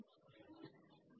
xy2x